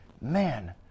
man